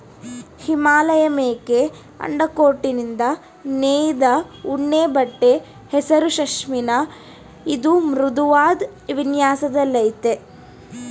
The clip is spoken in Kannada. ಹಿಮಾಲಯಮೇಕೆ ಅಂಡರ್ಕೋಟ್ನಿಂದ ನೇಯ್ದ ಉಣ್ಣೆಬಟ್ಟೆ ಹೆಸರು ಪಷ್ಮಿನ ಇದು ಮೃದುವಾದ್ ವಿನ್ಯಾಸದಲ್ಲಯ್ತೆ